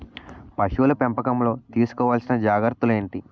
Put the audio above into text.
పశువుల పెంపకంలో తీసుకోవల్సిన జాగ్రత్తలు ఏంటి?